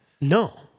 No